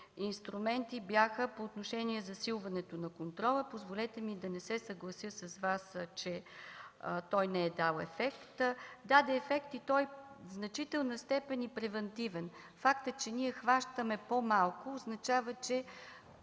инструменти бяха по отношение засилването на контрола. Позволете ми да не се съглася с Вас, че той не е дал ефект. Даде ефект и той в значителна степен е превантивен. Фактът, че ние хващаме по-малко означава, че